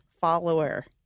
follower